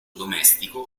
domestico